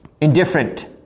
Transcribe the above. Indifferent